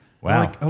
Wow